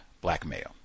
blackmail